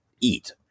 eat